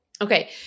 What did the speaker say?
Okay